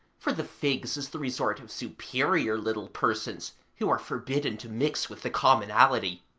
for the figs is the resort of superior little persons, who are forbidden to mix with the commonalty,